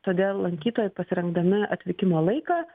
todėl lankytojai pasirinkdami atvykimo laiką